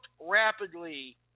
rapidly